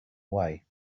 way